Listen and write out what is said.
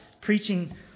preaching